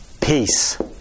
Peace